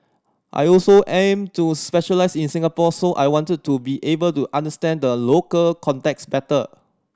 I also aim to specialise in Singapore so I wanted to be able to understand the local context better